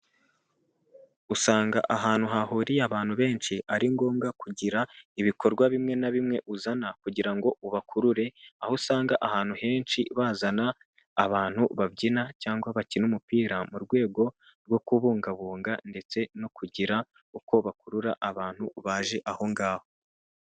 Usanga ahantu hahuriye abantu benshi ari ngombwa kugira ibikorwa bimwe na bimwe uzana kugira ngo ubakurure, aho usanga ahantu henshi bazana abantu babyina cyangwa bakina umupira, mu rwego rwo kubungabunga ndetse no kugira uko bakurura abantu baje aho ngaho.